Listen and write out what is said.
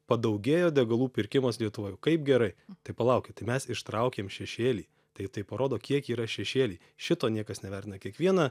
padaugėjo degalų pirkimas lietuvoj kaip gerai tai palaukit tai mes ištraukėm šešėlį tai tai parodo kiek yra šešėly šito niekas nevertina kiekviena